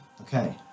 Okay